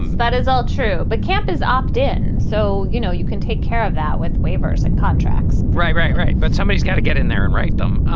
that is all true, but camp is opt in. so, you know, you can take care of that with waivers and contracts right. right, right. but somebody's got to get in there and write them.